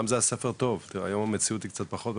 פעם זה היה ספר טוב, היום המציאות קצת פחות מהספר.